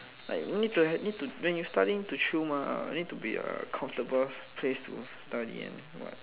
like need to need to when you study need to chill mah need to be a comfortable place to study and what